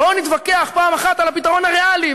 בואו נתווכח פעם אחת על הפתרון הריאלי,